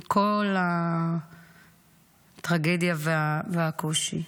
עם כל הטרגדיה והקושי.